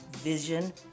Vision